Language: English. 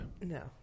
No